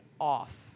off